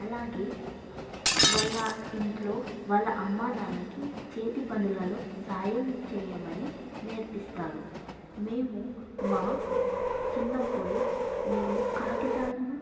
అలాగే వాళ్ళ ఇంట్లో వాళ్ళ అమ్మానాన్నకి చేతి పనులలో సాయం చేయమని నేర్పిస్తారు మేము మా చిన్నప్పుడు మేము కాగితాలను